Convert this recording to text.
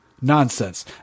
Nonsense